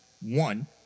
One